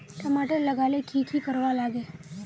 टमाटर लगा ले की की कोर वा लागे?